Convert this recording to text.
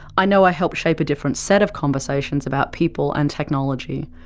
i know i helped shape a different set of conversations about people and technology,